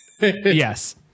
Yes